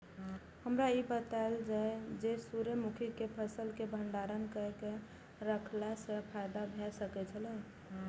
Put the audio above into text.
हमरा ई बतायल जाए जे सूर्य मुखी केय फसल केय भंडारण केय के रखला सं फायदा भ सकेय छल?